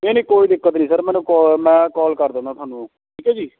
ਨਹੀਂ ਨਹੀਂ ਕੋਈ ਦਿੱਕਤ ਨੀ ਸਰ ਮੈਨੂੰ ਕੌ ਮੈਂ ਕੋਲ ਕਰ ਦਿੰਦਾ ਤੁਹਾਨੂੰ ਠੀਕ ਹੈ ਜੀ